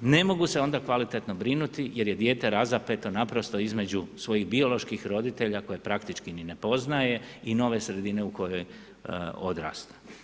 ne mogu se onda kvalitetno brinuti jer je dijete razapeto naprosto između svojih bioloških roditelja koje praktički i ne poznaje i nove sredine u kojoj odrasta.